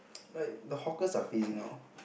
like the hawkers are phasing out